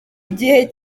igihe